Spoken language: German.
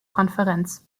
konferenz